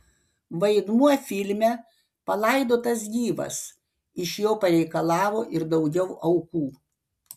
vaidmuo filme palaidotas gyvas iš jo pareikalavo ir daugiau aukų